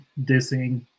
dissing